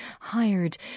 hired